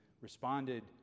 responded